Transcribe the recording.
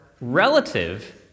relative